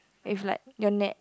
if like your neck